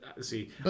See